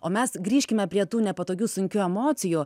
o mes grįžkime prie tų nepatogių sunkių emocijų